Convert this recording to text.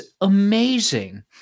amazing